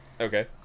Okay